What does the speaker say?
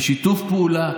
יהיה שיתוף פעולה.